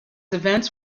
events